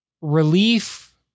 relief